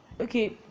okay